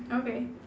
okay